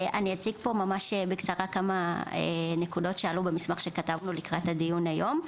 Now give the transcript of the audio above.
אני אציג פה ממש בקצרה כמה נקודות שעלו במסמך שכתבנו לקראת הדיון היום.